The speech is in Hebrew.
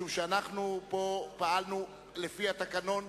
משום שאנחנו פעלנו פה לפי התקנון,